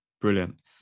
brilliant